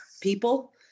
people